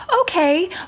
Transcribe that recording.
Okay